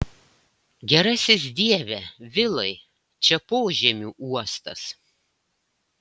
gerasis dieve vilai čia požemių uostas